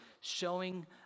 showing